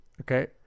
okay